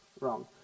wrong